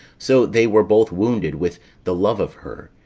so they were both wounded with the love of her,